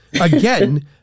again